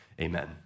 Amen